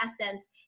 essence